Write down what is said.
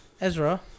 Ezra